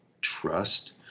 Trust